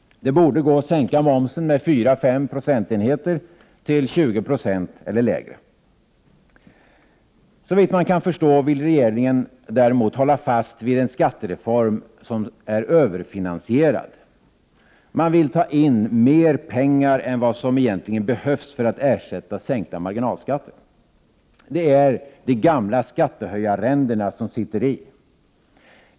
Det borde gå att sänka momsen med 4-5 94; till 20 26 eller lägre. Såvitt man kan förstå vill regeringen däremot hålla fast vid att en skattereform skall överfinansieras. Man vill ta in mer pengar än vad som behövs för att ersätta sänkta marginalskatter. Det är de gamla skattehöjarränderna som sitter i.